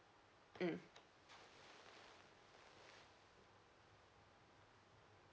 mm